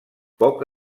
poc